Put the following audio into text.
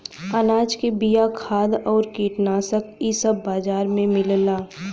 अनाज के बिया, खाद आउर कीटनाशक इ सब बाजार में मिलला